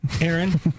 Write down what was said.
Aaron